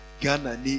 Ghana